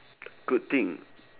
good thing